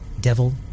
Devil